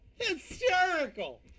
Hysterical